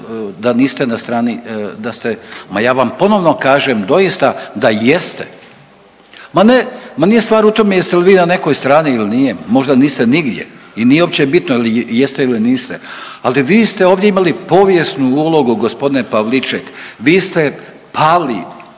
da niste na strani, da ste, ma ja vam ponovno kažem doista da jeste, ma ne, ma nije stvar u tome jeste li vi na nekoj strani ili nije, možda niste nigdje i nije uopće bitno jeste ili niste, ali vi ste ovdje imali povijesnu ulogu g. Pavliček, vi ste pali